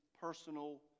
personal